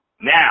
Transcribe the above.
now